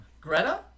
Greta